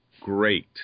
great